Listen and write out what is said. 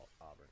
Auburn